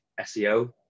SEO